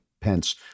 Pence